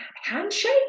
handshake